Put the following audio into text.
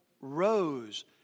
rose